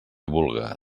vulga